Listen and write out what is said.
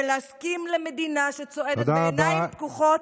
ולהסכים למדינה שצועדת בעיניים פקוחות,